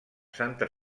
santa